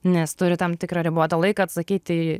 nes turi tam tikrą ribotą laiką atsakyti